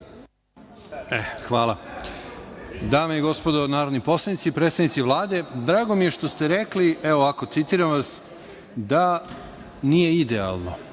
Hvala. Dame i gospodo narodni poslanici, predstavnici Vlade, drago mi je što ste rekli, citiram vas, da nije idealno,